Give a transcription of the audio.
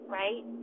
right